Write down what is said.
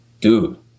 Dude